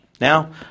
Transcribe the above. Now